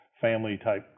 family-type